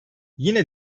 yine